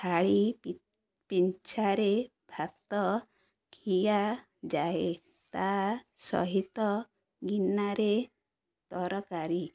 ଥାଳି ପିଞ୍ଛାରେ ଭାତ ଖିଆଯାଏ ତା ସହିତ ଗିନାରେ ତରକାରୀ